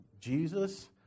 Jesus